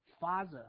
father